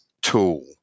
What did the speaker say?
tool